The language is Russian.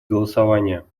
голосования